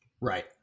Right